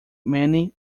many